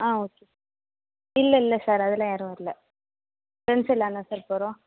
ஆ okay sir இல்லை இல்லை sir அதெல்லாம் யாரும் வரல ஃப்ரெண்ட்ஸ் எல்லாம்தான் சார் போகிறோம்